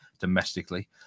domestically